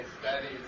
studies